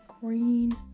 green